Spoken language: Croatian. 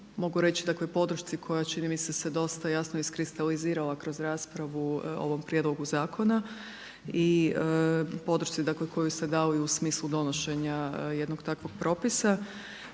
mogu reći, dakle podršci koja čini mi se, se dosta jasno iskristalizirala kroz raspravu o ovom prijedlogu zakona i podršci dakle koju se dalo i u smislu donošenja jednog takvog propisa.